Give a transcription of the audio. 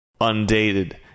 Undated